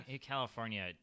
California